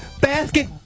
Basket